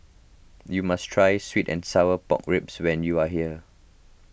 you must try Sweet and Sour Pork Ribs when you are here